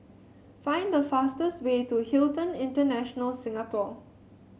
find the fastest way to Hilton International Singapore